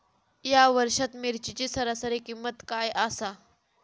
या वर्षात मिरचीची सरासरी किंमत काय आसा?